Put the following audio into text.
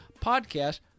podcast